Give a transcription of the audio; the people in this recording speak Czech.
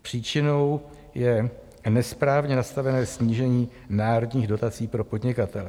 Příčinou je nesprávně nastavené snížení národních dotací pro podnikatele.